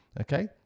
Okay